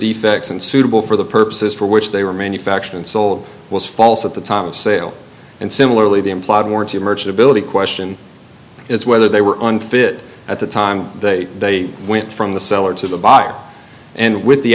defects unsuitable for the purposes for which they were manufactured and sold was false at the time of sale and similarly the implied warranty of merchantability question is whether they were unfit at the time they went from the seller to the buyer and with the